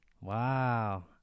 Wow